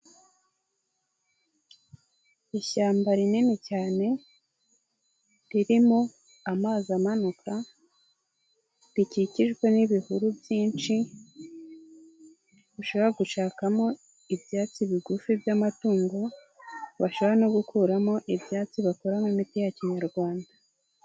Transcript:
Ishyamba rinini cyane ririmo amazi amanuka, rikikijwe n'ibihuru byinshi ushobora gushakamo ibyatsi bigufi by'amatungo, bashobora no gukuramo ibyatsi bakoramo imiti ya Kinyarwanda.